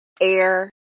air